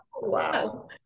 wow